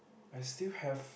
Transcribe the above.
I still have